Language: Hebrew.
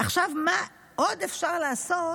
עכשיו, מה עוד אפשר לעשות,